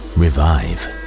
revive